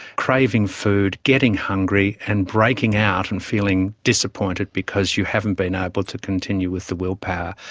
craving food, getting hungry and breaking out and feeling disappointed because you haven't been able to continue with the willpower.